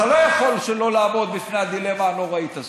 אתה לא יכול שלא לעמוד בפני הדילמה הנוראית הזאת.